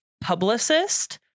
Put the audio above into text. publicist